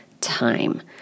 time